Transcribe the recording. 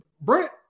Brent